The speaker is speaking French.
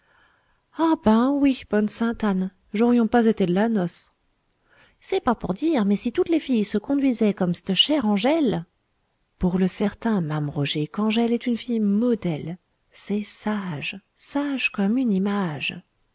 ah ben oui bonne sainte-anne j'aurions pas été d'la noce c'est pas pour dire mais si toutes les filles se conduisaient comme c'te chère angèle pour le certain ma'ame roger qu'angèle est un'fille modèle c'est sage sage comme une image